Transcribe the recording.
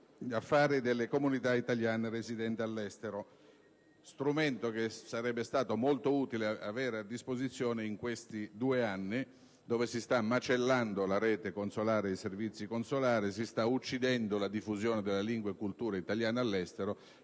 affari delle comunità italiane residenti all'estero, uno strumento che sarebbe stato molto utile avere a disposizione in questi due anni, in cui si stanno macellando la rete consolare ed i servizi consolari, si sta uccidendo la diffusione della lingua e della cultura italiana all'estero